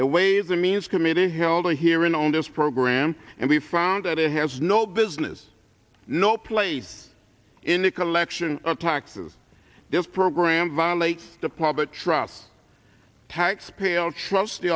the ways and means committee held a hearing on this program and we and that it has no business no place in the collection of taxes this program violates the public trust taxpayer all trust the